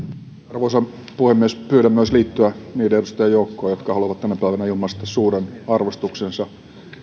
arvoisa puhemies pyydän saada myös liittyä niiden edustajien joukkoon jotka haluavat tänä päivänä ilmaista suuren arvostuksensa